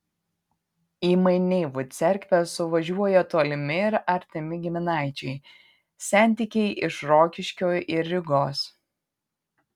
į maineivų cerkvę suvažiuoja tolimi ir artimi giminaičiai sentikiai iš rokiškio ir rygos